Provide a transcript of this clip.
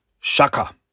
Shaka